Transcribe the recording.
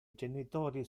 genitori